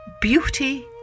Beauty